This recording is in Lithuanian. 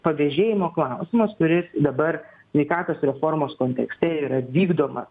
pavėžėjimo klausimas kuris dabar sveikatos reformos kontekste yra vykdoma